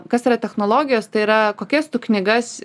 kas yra technologijos tai yra kokias tu knygas